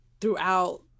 throughout